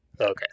Okay